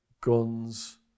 Guns